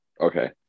Okay